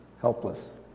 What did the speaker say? helpless